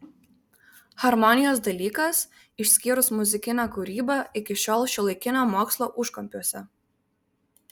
harmonijos dalykas išskyrus muzikinę kūrybą iki šiol šiuolaikinio mokslo užkampiuose